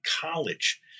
college